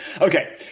Okay